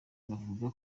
bavuga